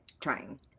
trying